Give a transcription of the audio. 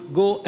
go